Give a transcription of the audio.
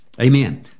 Amen